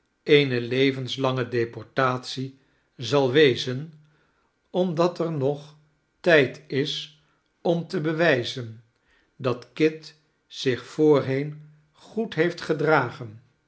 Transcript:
eene levenslange deportatie zal wezen omdat er nog tijd is om te bewijzen dat kit zich voorheen goed heeft gedragen